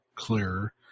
Clearer